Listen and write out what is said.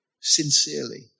sincerely